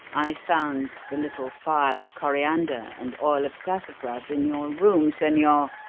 i found the little phial of coriander and oil of sassafras in your room, senor,